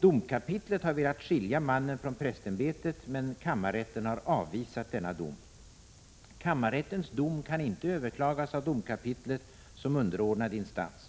Domkapitlet har velat skilja mannen från prästämbetet, men kammarrätten har avvisat denna dom. Kammarrättens dom kan inte överklagas av domkapitlet som underordnad instans.